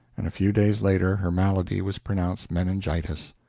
and a few days later her malady was pronounced meningitis.